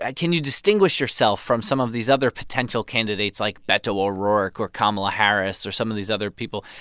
ah can you distinguish yourself from some of these other potential candidates like beto o'rourke or kamala harris or some of these other people?